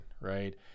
right